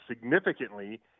significantly